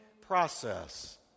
process